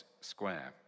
square